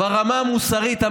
ברמה המוסרית,